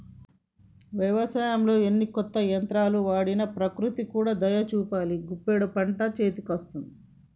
వ్యవసాయంలో ఎన్ని కొత్త యంత్రాలు వాడినా ప్రకృతి కూడా దయ చూపాలి గప్పుడే పంట చేతికొస్తది